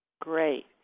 great